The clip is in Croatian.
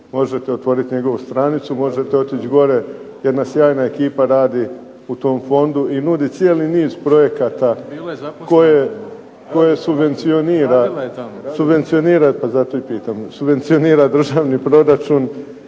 Možete otvoriti njegovu stranicu, možete otići gore. Jedna sjajna ekipa radi u tom fondu i nudi cijeli niz projekata koje subvencionira… …/Upadica